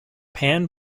pan